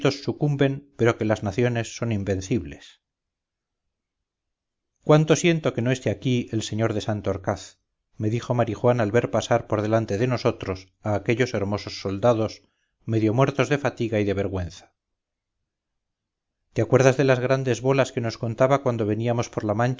sucumben pero que las naciones son invencibles cuánto siento que no esté aquí el sr de santorcaz me dijo marijuán al ver pasar por delante de nosotros a aquellos hermosos soldados medio muertos de fatiga y de vergüenza te acuerdas de las grandes bolas que nos contaba cuando veníamos por la